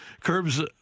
Curbs